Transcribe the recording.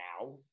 now